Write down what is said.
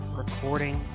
recording